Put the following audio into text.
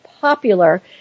popular